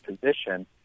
position